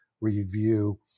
review